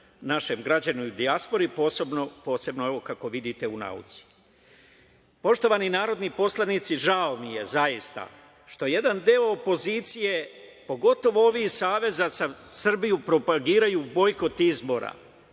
našem građaninu u dijaspori, posebno kako vidite u nauci. Poštovani narodni poslanici, žao mi je zaista što jedan deo opozicije, pogotovo ovi iz Saveza za Srbiju propagiraju bojkot izbora.